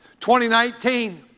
2019